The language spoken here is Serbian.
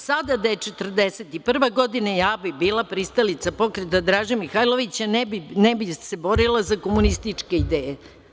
Sada da je 1941. godina ja bih bila pristalica pokreta Draže Mihailovića, ne bih se borila za komunističke ideje.